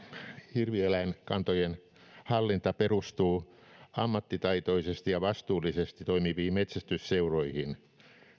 hirvieläinkantojen hallinta perustuu ammattitaitoisesti ja vastuullisesti toimiviin metsästysseuroihin